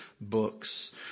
books